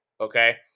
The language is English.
okay